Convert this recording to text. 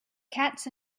cats